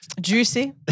juicy